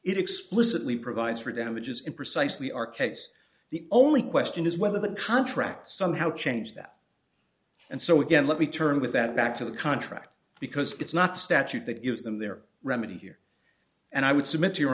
it explicitly provides for damages in precisely our case the only question is whether the contract somehow change that and so again let me turn with that back to the contract because it's not the statute that gives them their remedy here and i would submit to your